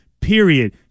period